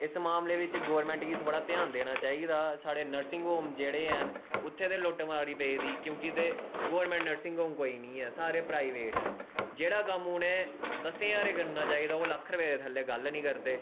इस मामले बिच्च गौरमैंट गी थोह्ड़ा ध्यान देना चाही दा साढ़े नर्सिंग होम जेह्ड़े हैन उत्थें ते लुट्ट मारी पेई दी क्योंकि ते गौरमैंट नर्सिंग होम कोई नी है सारे प्राईवेट न जेहाड़ा कम्म उनें दसें ज्हारें करना चाही दा ओह् लक्ख रपे दे थल्लै गल्ल नी करदे